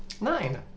Nine